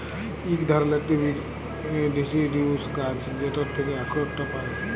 ইক ধারালের ডিসিডিউস গাহাচ যেটর থ্যাকে আখরট পায়